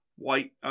white